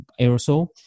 aerosol